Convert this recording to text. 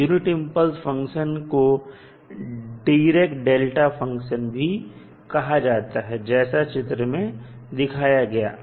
unit impulse function को Dirac delta function भी कहा जाता है जैसा चित्र में दिखाया गया है